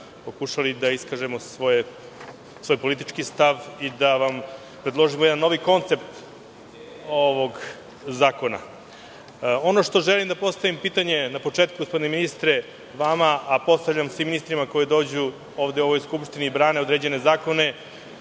pokušali da iskažemo svoj politički stav i da vam predložimo jedan novi koncept ovog zakona. Ono što želim je da postavim pitanje na početku, gospodine ministre, vama a postavljam svim ministrima koji dođu ovde u ovu Skupštinu i brane određene zakone,